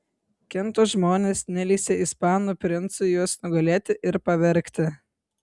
kento žmonės neleisią ispanų princui juos nugalėti ir pavergti